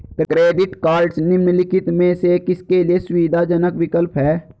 Credit cards निम्नलिखित में से किसके लिए सुविधाजनक विकल्प हैं?